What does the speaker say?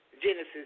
Genesis